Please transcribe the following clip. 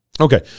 Okay